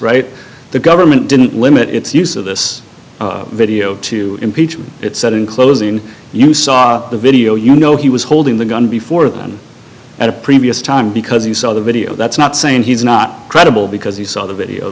right the government didn't limit its use of this video to impeachment it said in closing you saw the video you know he was holding the gun before them at a previous time because you saw the video that's not saying he's not credible because he saw the video